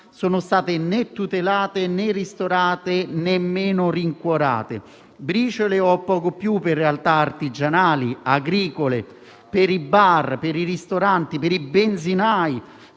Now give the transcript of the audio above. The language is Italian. sono state né tutelate né ristorate e nemmeno rincuorate. Briciole o poco più per realtà artigianali e agricole, per i bar, per i ristoranti, per i benzinai,